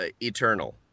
eternal